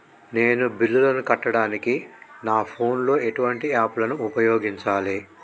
నేను బిల్లులను కట్టడానికి నా ఫోన్ లో ఎటువంటి యాప్ లను ఉపయోగించాలే?